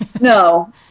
No